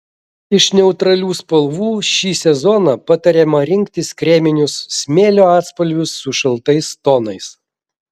iš neutralių spalvų šį sezoną patariama rinktis kreminius smėlio atspalvius su šaltais tonais